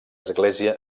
església